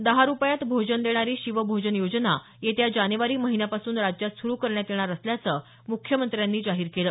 दहा रुपयांत भोजन देणारी शिव भोजन योजना येत्या जानेवारी महिन्यापासून राज्यात सुरू करण्यात येणार असल्याचं मुख्यमंत्र्यांनी जाहीर केलं